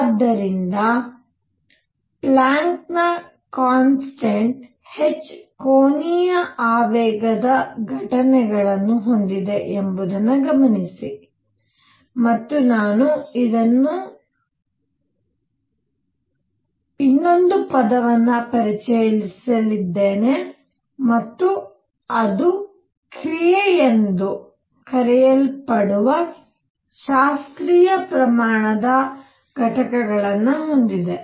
ಆದ್ದರಿಂದ ಪ್ಲ್ಯಾಂಕ್ನ constant h ಕೋನೀಯ ಆವೇಗದ ಘಟಕಗಳನ್ನು ಹೊಂದಿದೆ ಎಂಬುದನ್ನು ಗಮನಿಸಿ ಮತ್ತು ನಾನು ಇನ್ನೊಂದು ಪದವನ್ನು ಪರಿಚಯಿಸಲಿದ್ದೇನೆ ಮತ್ತು ಅದು ಕ್ರಿಯೆಯೆಂದು ಕರೆಯಲ್ಪಡುವ ಶಾಸ್ತ್ರೀಯ ಪ್ರಮಾಣದ ಘಟಕಗಳನ್ನು ಹೊಂದಿದೆ